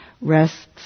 rests